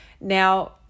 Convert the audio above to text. Now